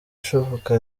ishoboka